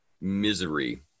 misery